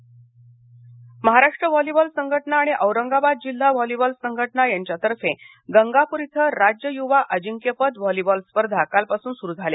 volleyball Maharashtra volleyball संघटना आणि औरंगाबाद जिल्हा व्हॉलीबॉल संघटना यांच्यातर्फे गंगापूर इथं राज्य युवा अजिंक्यपद व्हॉलीबॉल स्पर्धा कालपासून सुरु झाल्या